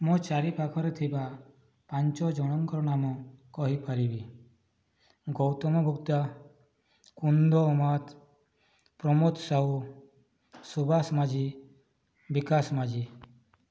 ମୋ' ଚାରିପାଖରେ ଥିବା ପାଞ୍ଚ ଜଣଙ୍କର ନାମ କହିପାରିବି ଗୌତମ ଗୁପ୍ତା କୁନ୍ଦ ମାତ୍ ପ୍ରମୋଦ ସାହୁ ସୁବାସ ମାଝି ବିକାଶ ମାଝି